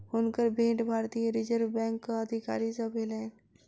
हुनकर भेंट भारतीय रिज़र्व बैंकक अधिकारी सॅ भेलैन